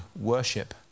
worship